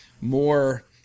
More